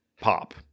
pop